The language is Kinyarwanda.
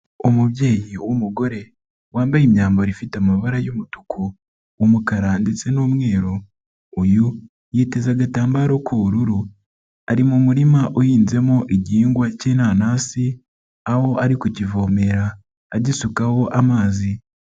Umubyeyi w'umugore wambaye imyambaro ifite amabara y'umutuku, umukara ndetse n'umweru, uyu yiteza agatambaro k'ubururu ari mu murima uhinzemo igihingwa cy'inanasi aho ari kukivomera agisukaho amazi.